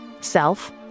self